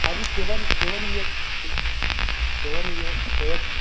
అది seven seven years seven years seven